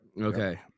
Okay